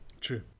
true